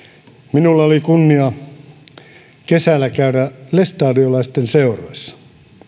minulla oli kunnia kesällä käydä lestadiolaisten seuroissa